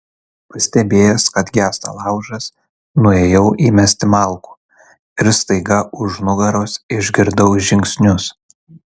pastebėjęs kad gęsta laužas nuėjau įmesti malkų ir staiga už nugaros išgirdau žingsnius